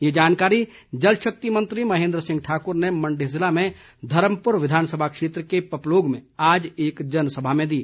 ये जानकारी जलशक्ति मंत्री महेन्द्र सिंह ठाकुर ने मण्डी जिले में धर्मपुर विधानसभा क्षेत्र के पपलोग में आज एक जनसभा में दी